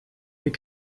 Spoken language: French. les